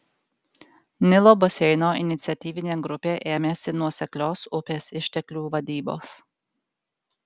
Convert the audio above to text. nilo baseino iniciatyvinė grupė ėmėsi nuoseklios upės išteklių vadybos